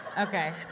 Okay